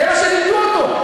זה מה שלימדו אותו,